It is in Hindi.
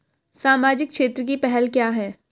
सामाजिक क्षेत्र की पहल क्या हैं?